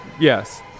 Yes